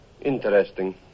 Interesting